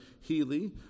Healy